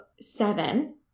seven